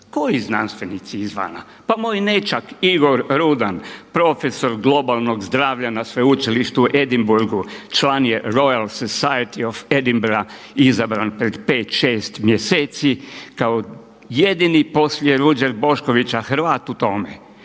Koji znanstvenici izvana? Pa moj nećak Igor Rudan, profesor globalnog zdravlja na sveučilištu u Edinburgu član je Royal society of Edinburgh, izabran pred 5, 6 mjeseci kao jedini poslije Ruđer Boškovića Hrvat u tome.